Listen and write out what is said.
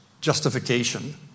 justification